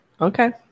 Okay